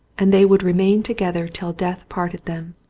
and they would remain together till death parted them.